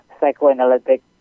psychoanalytic